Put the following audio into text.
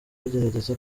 bagerageza